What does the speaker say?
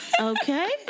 Okay